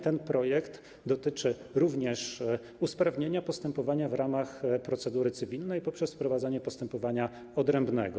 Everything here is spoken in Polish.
Ten projekt dotyczy również usprawnienia postępowania w ramach procedury cywilnej poprzez wprowadzenie postępowania odrębnego.